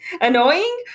annoying